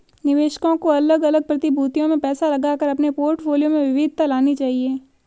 निवेशकों को अलग अलग प्रतिभूतियों में पैसा लगाकर अपने पोर्टफोलियो में विविधता लानी चाहिए